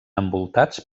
envoltats